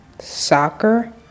soccer